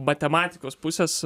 matematikos pusės